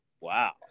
Wow